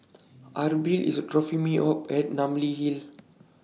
Abril IS dropping Me off At Namly Hill